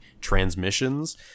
transmissions